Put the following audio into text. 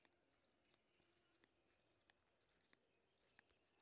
हम कृषि विभाग संबंधी लोन केना लैब?